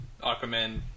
Aquaman